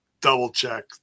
double-check